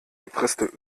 gepresste